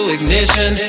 Ignition